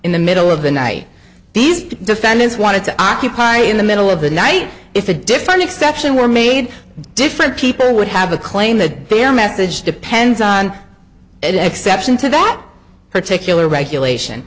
in the middle of the night these defendants wanted to occupy in the middle of the night if a defined exception were made different people would have a clue the message depends on and exception to that particular regulation